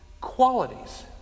qualities